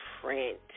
print